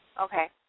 Okay